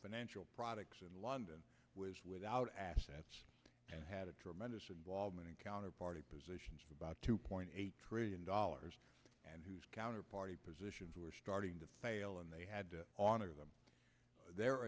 financial products and london was without assets and had a tremendous involvement in counterparty positions about two point eight trillion dollars and whose counterparty positions were starting to fail and they had on them the